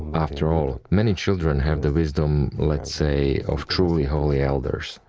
after all, many children have the wisdom, let's say, of truly holy elders.